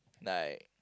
like